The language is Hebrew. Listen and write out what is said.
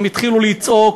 הם התחילו לצעוק,